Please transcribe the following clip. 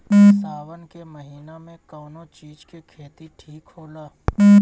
सावन के महिना मे कौन चिज के खेती ठिक होला?